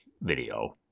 video